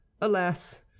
Alas